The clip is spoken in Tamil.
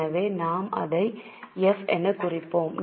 எனவே நாம்அதை எஃப் எனக் குறிப்போம்